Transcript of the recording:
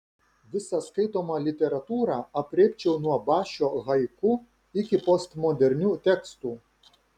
visą skaitomą literatūrą aprėpčiau nuo bašio haiku iki postmodernių tekstų